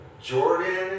Jordan